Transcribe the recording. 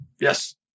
Yes